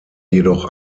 jedoch